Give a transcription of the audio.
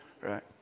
right